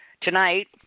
Tonight